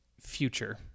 future